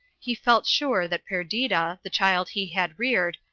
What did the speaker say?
he felt sure that perdita, the child he had reared,